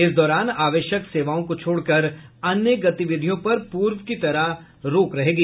इस दौरान आवश्यक सेवाओं को छोड़कर अन्य गतिविधियों पर पूर्व की तरह रोक रहेगी